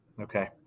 Okay